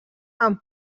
amb